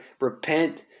repent